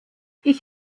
ich